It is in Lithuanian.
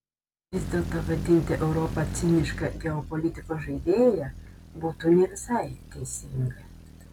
vis dėlto vadinti europą ciniška geopolitikos žaidėja būtų ne visai teisinga